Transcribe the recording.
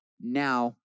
Now